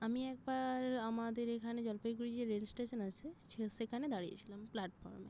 আমি একবার আমাদের এখানে জলপাইগুড়ির যে রেল স্টেশন আছে সেখানে দাঁড়িয়েছিলাম প্ল্যাটফর্মে